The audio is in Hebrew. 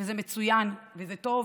זה מצוין וזה טוב,